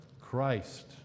Christ